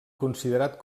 considerat